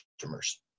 customers